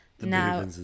Now